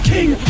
King